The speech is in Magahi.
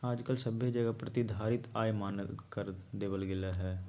आजकल सभे जगह प्रतिधारित आय मान्य कर देवल गेलय हें